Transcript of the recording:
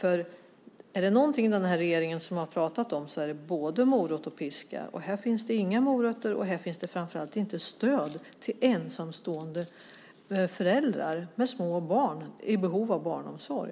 Är det någonting regeringen har pratat om så är det ju både morot och piska. Här finns inga morötter och framför allt inget stöd till ensamstående föräldrar till små barn med behov av barnomsorg.